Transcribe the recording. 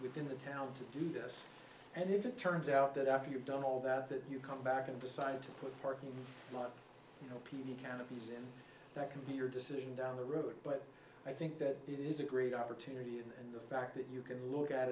within the town to do this and if it turns out that after you've done all that that you come back and decide to put a parking lot you know p v canopies in that can be your decision down the road but i think that it is a great opportunity and the fact that you can look at